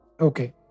Okay